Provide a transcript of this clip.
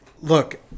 Look